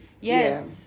yes